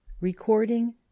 Recording